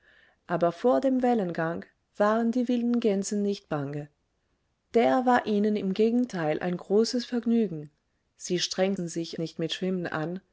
aber vor dem wellengang waren die wilden gänse nicht bange der war ihnen im gegenteil ein großes vergnügen sie strengten sich nicht mit schwimmen an